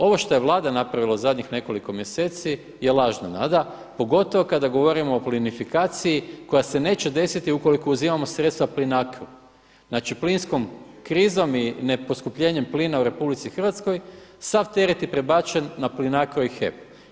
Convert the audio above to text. Ovo što je Vlada napravila u zadnjih nekoliko mjeseci je lažna nada, pogotovo kada govorimo o plinifikaciji koja se neće desiti ukoliko uzimamo sredstva Plinacro. znači plinskom krizom i ne poskupljenjem plina u RH sav teret je prebačen na Plinacro i HEP.